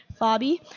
Fabi